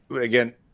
again